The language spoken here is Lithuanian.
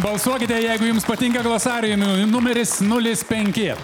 balsuokite jeigu jums patinka glossarium numeris nulis penki